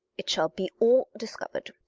it shall be all discovered.